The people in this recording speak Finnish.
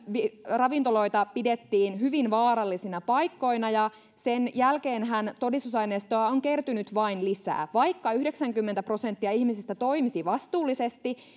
ravintoloita pidettiin hyvin vaarallisina paikkoina ja sen jälkeenhän todistusaineistoa on kertynyt vain lisää vaikka yhdeksänkymmentä prosenttia ihmisistä toimisi vastuullisesti